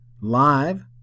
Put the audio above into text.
live